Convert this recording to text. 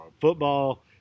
Football